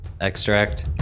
extract